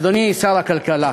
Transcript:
אדוני שר הכלכלה,